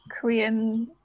korean